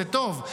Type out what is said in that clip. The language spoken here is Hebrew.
זה טוב,